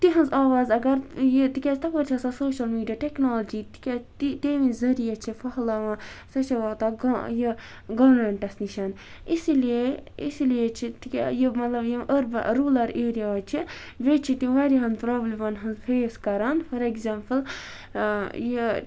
تِہِنٛز آواز اگر یہِ تکیاز تَپٲرۍ چھ آسان سوشَل میٖڈیا ٹیٚکنالجی تکیاز تمے ذٔریعہِ چھِ پھہلاوان سُہ چھُ واتان گا یہِ گورمیٚنٹَس نِش اِسی لیے اِسی لیے چھِ تِکیاہ یہِ مَطلَب یہِ أربَن روٗلَر ایریاز چھِ بیٚیہِ چھِ تِم واریَہَن پرابلمَن ہٕنز فیس کران فار ایٚگزامپل یہِ